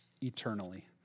eternally